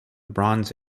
bronze